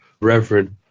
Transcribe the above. reverend